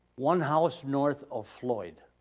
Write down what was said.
one house north of floyd.